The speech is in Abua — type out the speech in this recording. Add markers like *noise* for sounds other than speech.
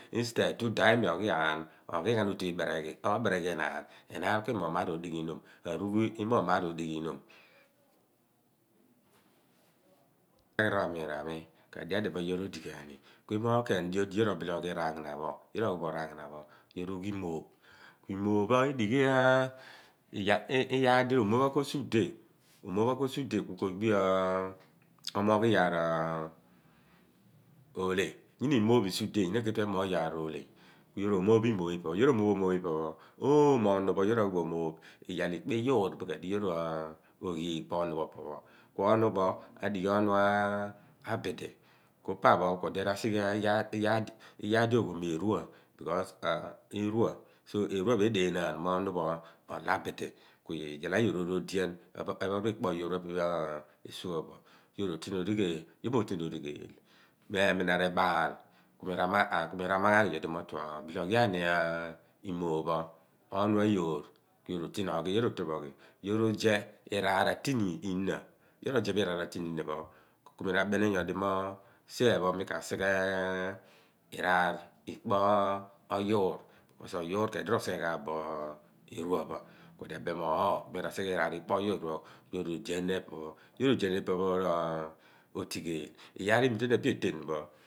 Instead tur udaph imi oghighaan otu libeereghi enaan obereghi enaan enaan ku imoogh iyaar odighinom arughu imoogh yaar odighinoom *hesitation* *unintelligible* ami raami yoor odighaani imoogh keeni dio di yoor obile oghi raaghaana pho yoor oghi bo raghanapho yoor ughi imooph imooph pho edigh iyaar romoophghan kosi udeh kukogbi nuun omoogh iyaar *hesitation* olhe inyina imoop si udeh nyina ketue emoogh iyaar oolhe ku yoor omooph bo imoọph pho ipe pho yoọr omọoph bọ oomo pho imọoph pho yoor omooph bo tutu toor osi udeh iyaal ikpo iyuur bin kuedi yọor oghiidh pa oonu pho opo pho. Oonu pho opọ pho adighi oonu abidi ku pa pho kuo di asighe iyaar di oghoọl mo eruaa. Eeruaa pho edeenaan mo onu pho olaabidi iyaal ayoor oru ochan ekpo pho epe pho esughabo ku iyaal a yoor oru oteẹn origheel. Remina reebaal ku mi aruam aagh ani nyo di mo tue oghiani oonu ayoor imoopho ku yoor o ten oghi ku yoor rotẹn oghi yoor uzeeh liaar atini innah. iduon yoor ozeeh bo iraar atini innah pho ku mi aru abeni nyo di mo seen pho mi ka sighe iraar iyuur loor esi di oyuur kidi rosighe ghaa bo oloerua aru asighe ku yoor oru odian innah pho ku yoor oten onyeene origheel. Yoor rotigheel bo iyaar imiteeny epe eten pho